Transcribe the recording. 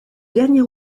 dernier